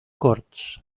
corts